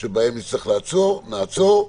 שבהן יש צורך לעצור נעצור,